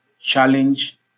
challenge